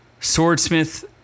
Swordsmith